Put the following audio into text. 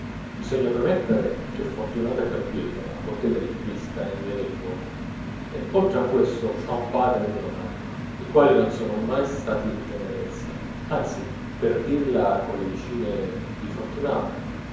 bisogna premettere che fortunata cappiello ha bottega di fiorista in via del duomo e oltre a questo ha un padre ed una mamma i quali non sono mai stati in tenerezze anzi per dirla con le vicine di fortunata